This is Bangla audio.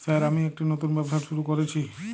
স্যার আমি একটি নতুন ব্যবসা শুরু করেছি?